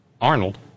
Arnold